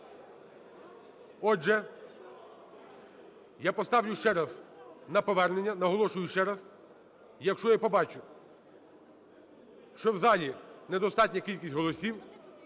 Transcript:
Отже, я поставлю ще раз на повернення. Наголошую ще раз, якщо я побачу, що в залі недостатня кількість голосів,